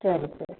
ಸರಿ ಸರಿ